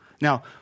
Now